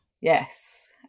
Yes